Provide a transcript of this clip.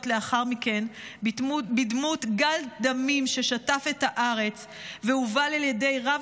לאחר מכן בדמות גל דמים ששטף את הארץ והובל על ידי רב